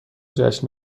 جشن